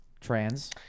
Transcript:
trans